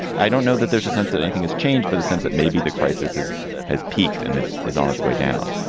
i don't know that there's a sense that anything has changed but the sense that maybe the crisis is has peaked and is on its way down.